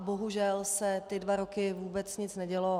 Bohužel se ty dva roky vůbec nic nedělo.